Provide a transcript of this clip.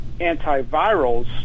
antivirals